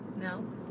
No